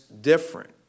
different